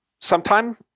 sometime